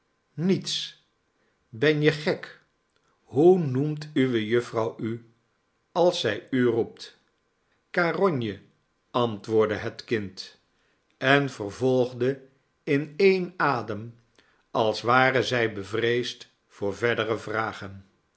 niets ben je gek hoe noemt uwe jufvrouw u als zij u roept karonje antwoordde het kind en vervolgde in een adem als ware zy bevreesd voor verdere vragen